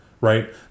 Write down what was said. right